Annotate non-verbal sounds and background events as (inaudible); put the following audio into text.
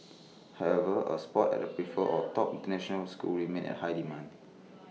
however A spot at (noise) A preferred or top International school remains in high demand